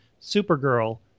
Supergirl